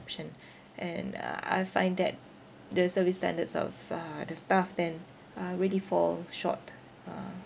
and uh I find that the service standards of uh the staff then are really fall short uh